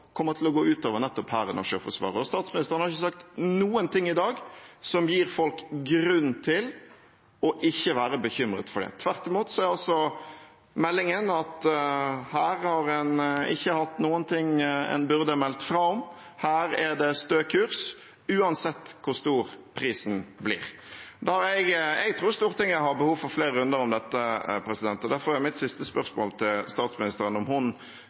kommer til å gå ut over nettopp Hæren og Sjøforsvaret. Statsministeren har ikke sagt noen ting i dag som gir folk grunn til ikke å være bekymret for det. Tvert imot er meldingen at her har en ikke hatt noen ting en burde meldt fra om, her er det stø kurs uansett hvor stor prisen blir. Jeg tror Stortinget har behov for flere runder om dette. Derfor er mitt siste spørsmål til statsministeren om hun